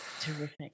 terrific